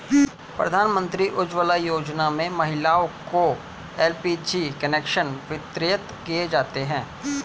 प्रधानमंत्री उज्ज्वला योजना में महिलाओं को एल.पी.जी कनेक्शन वितरित किये जाते है